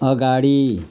अगाडि